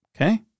Okay